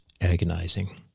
agonizing